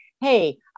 hey